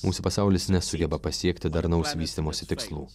mūsų pasaulis nesugeba pasiekti darnaus vystymosi tikslų